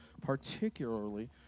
particularly